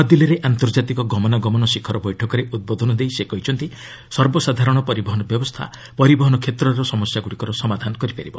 ନୂଆଦିଲ୍ଲୀରେ ଆନ୍ତର୍ଜାତିକ ଗମନାଗମନ ଶିଖର ବୈଠକରେ ଉଦ୍ବୋଧନ ଦେଇ ସେ କହିଛନ୍ତି ସର୍ବସାଧାରଣ ପରିବହନ ବ୍ୟବସ୍ଥା ପରିବହନ କ୍ଷେତ୍ରର ସମସ୍ୟାଗୁଡ଼ିକର ସମାଧାନ କରିପାରିବ